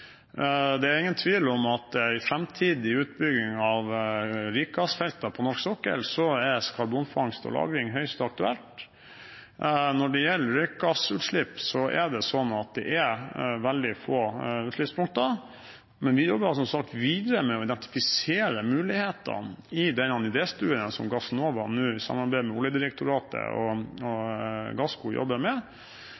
karbonfangst og -lagring høyst aktuelt. Når det gjelder røykgassutslipp, er det sånn at det er veldig få utslippspunkter, men vi jobber som sagt videre med å identifisere mulighetene i den idéstudien som Gassnova nå i samarbeid med Oljedirektoratet og Gassco jobber med.